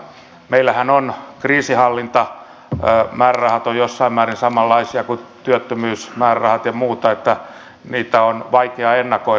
meillähän kriisinhallintamäärärahat ovat jossain määrin samanlaisia kuin työttömyysmäärärahat ja muut että niitä on vaikea ennakoida